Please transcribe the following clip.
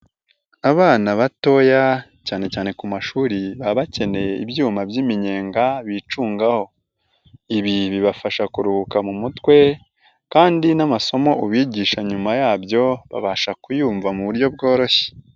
Abana batoya cyane cyane ku mashuri baba bakeneye ibyuma by'iminyenga bicungaho. Ibi bibafasha kuruhuka mu mutwe kandi n'amasomo ubigisha nyuma yabyo, babasha kuyumva mu buryo bworoshye.